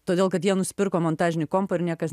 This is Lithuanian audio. todėl kad jie nusipirko montažinį kompą ir niekas